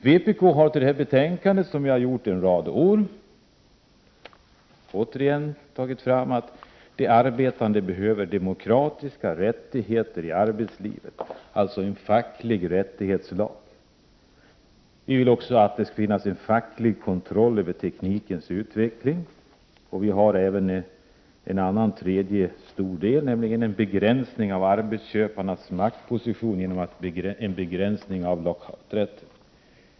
Vpk har i detta betänkande, på samma sätt som vi har gjort en rad år, återigen fört fram att de arbetande behöver demokratiska rättigheter i arbetslivet, alltså en facklig rättighetslag. Vi vill också att det skall finnas en facklig kontroll över teknikens utveckling. Vi har även ett tredje krav, nämligen krav på en begränsning av arbetsköparnas maktposition genom en begränsning av lockouträtten.